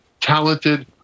talented